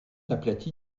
aplati